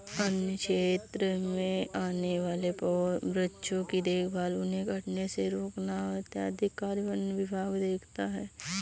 वन्य क्षेत्र में आने वाले वृक्षों की देखभाल उन्हें कटने से रोकना इत्यादि कार्य वन विभाग देखता है